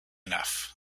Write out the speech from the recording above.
enough